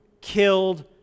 killed